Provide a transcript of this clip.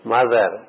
Mother